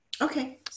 Okay